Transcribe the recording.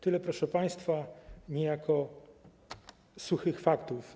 Tyle, proszę państwa, niejako suchych faktów.